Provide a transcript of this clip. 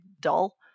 dull